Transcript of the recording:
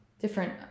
different